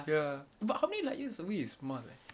ya but how many light years away is mars ah